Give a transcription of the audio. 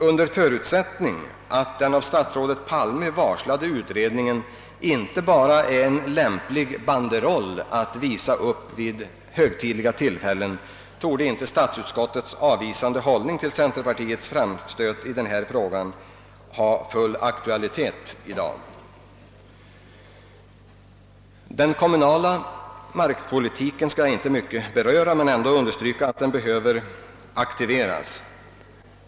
Under förutsättning att den av statsrådet Palme varslade utredningen inte bara är en lämplig banderoll att visa upp vid högtidliga tillfällen torde statsutskottets avvisande hållning till centerpartiets framstöt i denna fråga inte vara aktuell i dag. Den kommunala markpolitiken skall jag inte mycket beröra men jag vill ändå understryka att den behöver aktiveras.